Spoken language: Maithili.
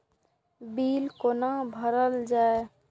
बील कैना भरल जाय?